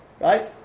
right